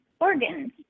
organs